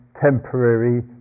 temporary